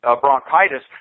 bronchitis